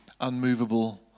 unmovable